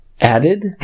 added